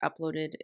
uploaded